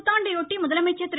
புத்தாண்டையொட்டி முதலமைச்சர் திரு